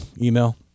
email